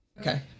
Okay